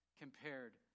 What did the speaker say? compared